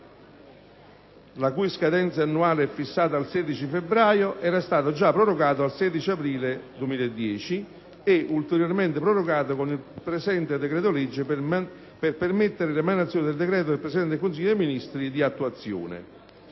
la cui scadenza annuale è fissata al 16 febbraio, era stato già prorogato al 16 aprile 2010 e ulteriormente prorogato con il presente decreto-legge per permettere l'emanazione del decreto del Presidente del Consiglio dei ministri di attuazione.